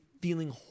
feeling